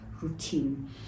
routine